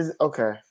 Okay